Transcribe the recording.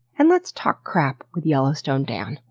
and let's talk crap with yellowstone dan.